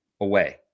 away